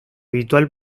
habitual